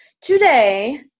Today